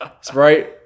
Sprite